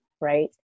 right